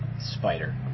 spider